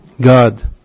God